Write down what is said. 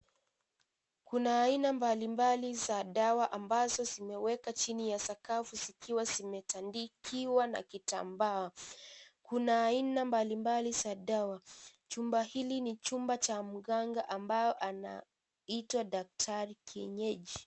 Kuna aina mbali mbali za dawa ambazo zimewekwa chini ya sakafu zikiwa zimetandikiwa na kitambaa. Kuna aina mbali mbali za dawa. Chumba hiki na chumba cha mganga ambaye anaitwa daktari kienyeji.